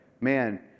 Man